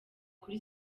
kuri